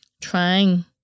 trying